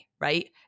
right